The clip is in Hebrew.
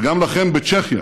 וגם לכם בצ'כיה